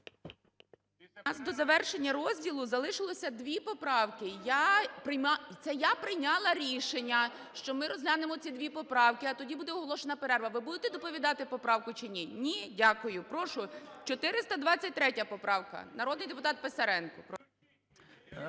У нас до завершення розділу залишилось дві поправки. Це я прийняла рішення, що ми розглянемо ці дві поправки, а тоді буде оголошена перерва. Ви будете доповідати поправку чи ні? Ні? Дякую. Прошу, 423 поправка. Народний депутат Писаренко,